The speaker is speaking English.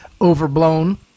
overblown